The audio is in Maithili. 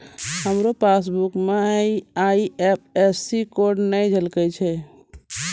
हमरो पासबुक मे आई.एफ.एस.सी कोड नै झलकै छै